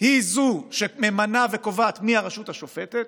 היא שממנה וקובעת מי הרשות השופטת,